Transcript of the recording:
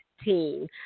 team